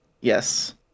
Yes